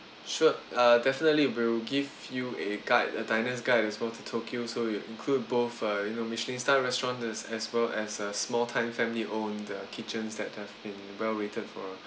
sure uh definitely we'll give you a guide a diners guide as well to tokyo so it'll include both uh you know michelin star restaurants as as well as uh small time family owned uh kitchens that definitely well rated for